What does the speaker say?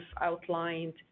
outlined